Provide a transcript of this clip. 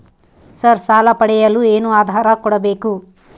Sir ಸಾಲ ಪಡೆಯಲು ಏನು ಆಧಾರ ಕೋಡಬೇಕು?